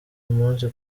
umunsi